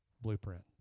blueprint